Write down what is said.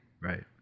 right